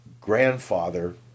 grandfather